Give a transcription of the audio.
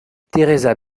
teresa